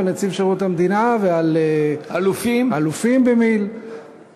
ועל נציב שירות המדינה ועל אלופים במיל'.